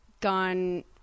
gone